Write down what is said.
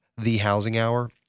TheHousingHour